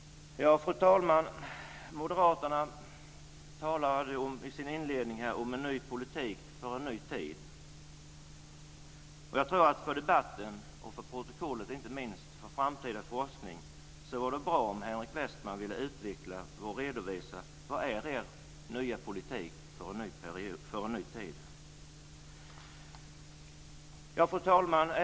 Fru talman! Moderaterna talar i sin inledning om en ny politik för en ny tid. Jag tror att för debatten, för protokollet och inte minst för framtida forskning vore det bra om Henrik Westman ville utveckla och redovisa vad Moderaternas nya politik för en ny tid är. Fru talman!